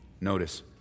Notice